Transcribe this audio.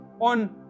on